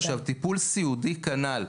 עכשיו טיפול סיעודי כנ"ל.